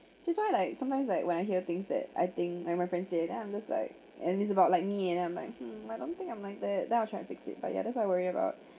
which is why like sometimes like when I hear things that I think like my friend said ah I'm just like and it's about like me and I'm like hmm I don't think I'm like that then I'll try to fix it but ya that's what I worry about